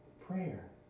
prayer